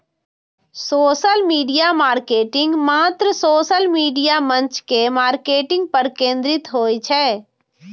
social media marketing मात्र social media मंच के मार्केटिंग पर केंद्रित होइ छै